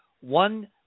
one